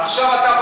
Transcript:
עכשיו אתה,